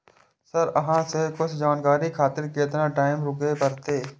Sir अहाँ से कुछ जानकारी खातिर केतना टाईम रुके परतें?